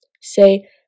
Say